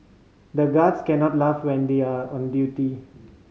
the guards can't laugh when they are on duty